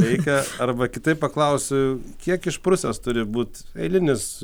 reikia arba kitaip paklausiu kiek išprusęs turi būt eilinis